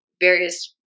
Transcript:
various